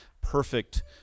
perfect